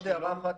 עוד הערה אחת,